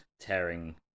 tearing